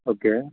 okay